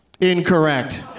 Incorrect